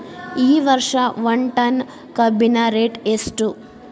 ಈ ವರ್ಷ ಒಂದ್ ಟನ್ ಕಬ್ಬಿನ ರೇಟ್ ಎಷ್ಟು?